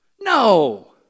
No